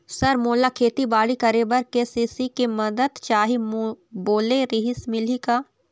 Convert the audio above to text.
Sir मोला खेतीबाड़ी करेबर के.सी.सी के मंदत चाही बोले रीहिस मिलही का?